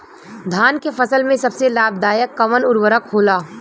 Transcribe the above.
धान के फसल में सबसे लाभ दायक कवन उर्वरक होला?